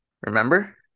Remember